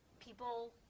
people